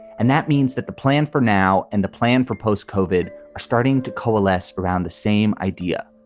and that means that the plan for now and the plan proposed covered starting to coalesce around the same idea.